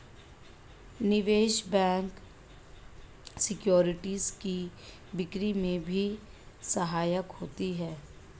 निवेश bank securities की बिक्री में भी सहायक होते हैं